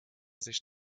sich